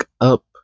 up